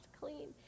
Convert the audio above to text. clean